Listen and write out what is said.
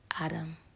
Adam